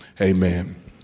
Amen